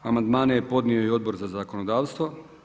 Amandmane je podnio i Odbor za zakonodavstvo.